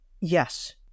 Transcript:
Yes